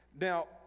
now